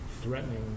threatening